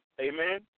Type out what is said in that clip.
Amen